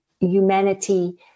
humanity